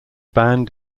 band